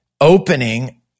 opening